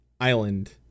island